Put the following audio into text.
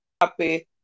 happy